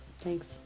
Thanks